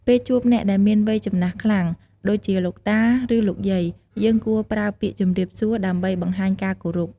ពេលជួបអ្នកដែលមានវ័យចំណាស់ខ្លាំង ដូចជា លោកតា ឬ លោកយាយ យើងគួរប្រើពាក្យជម្រាបសួរដើម្បីបង្ហាញពីការគោរព។